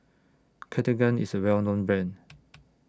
Cartigain IS A Well known Brand